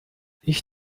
ich